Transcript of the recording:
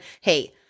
hey